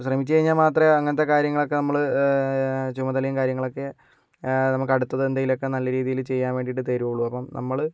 ശ്രമിച്ച് കഴിഞ്ഞാൽ മാത്രമേ അങ്ങനത്തെ കാര്യങ്ങളൊക്കെ നമ്മൾ ചുമതലയും കാര്യങ്ങളൊക്കെ നമുക്ക് അടുത്തത് എന്തെങ്കിലുമൊക്കെ നല്ല രീതിയിൽ ചെയ്യാൻ വേണ്ടീട്ട് തരുള്ളൂ അപ്പം നമ്മള്